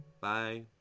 Bye